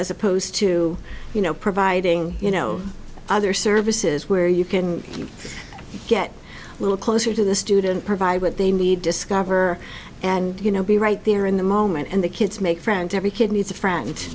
as opposed to you know providing you know other services where you can get a little closer to the student provide what they need discover and you know be right there in the moment and the kids make friends every kid needs a friend